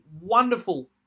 wonderful